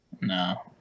No